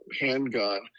handgun